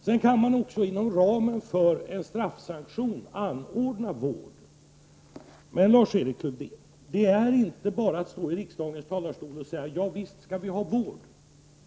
Sedan kan det inom ramen för straffsanktioner anordnas vård. Men, Lars-Erik Lövdén, detta är inte bara att stå i riksdagens talarstol och säga: Visst skall vi ha vård.